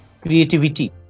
creativity